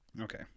okay